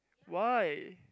why